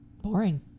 Boring